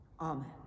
Amen